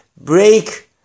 break